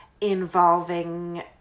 involving